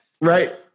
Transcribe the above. Right